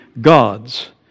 gods